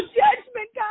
judgment